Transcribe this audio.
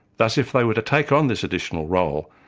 thus if they were to take on this additional role,